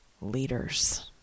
leaders